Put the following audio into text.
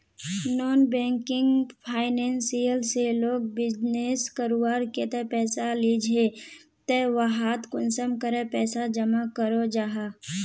Non banking financial से लोग business करवार केते पैसा लिझे ते वहात कुंसम करे पैसा जमा करो जाहा?